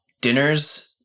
dinner's